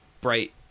bright